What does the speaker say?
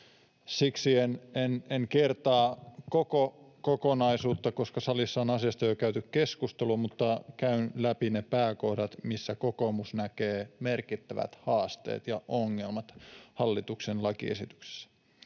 En kertaa koko kokonaisuutta, koska salissa on asiasta jo käyty keskustelua, mutta käyn läpi ne pääkohdat, missä kokoomus näkee merkittävät haasteet ja ongelmat hallituksen lakiesityksessä: